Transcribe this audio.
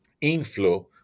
inflow